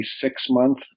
six-month